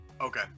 Okay